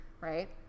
right